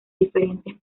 diferentes